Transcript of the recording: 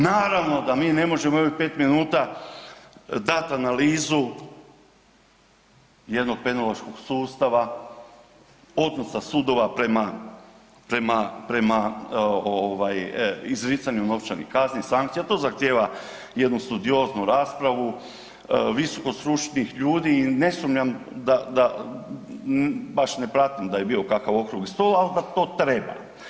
Naravno da mi ne možemo u ovih pet minuta dat analizu jednog penološkog sustava odnosa sudova prema izricanju novčanih kazni, sankcija to zahtijeva jednu studioznu raspravu visokostručnih ljudi i ne sumnjam da baš ne pratim da je bio kakav okrugli stol, ali da to treba.